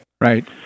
Right